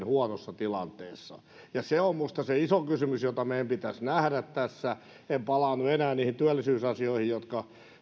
huonossa tilanteessa ja se on minusta se iso kysymys mikä meidän pitäisi nähdä tässä en palaa nyt enää niihin työllisyysasioihin jotka